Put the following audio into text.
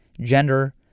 gender